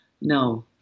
no